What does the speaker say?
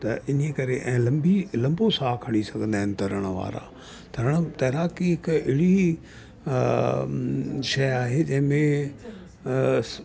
त इन्हीअ करे ऐं लंबी लंबो साह खणी सघंदा इन तरण वारा तरण तराकी हिकु आहिड़ी अ शइ आहे जंहिंमें अ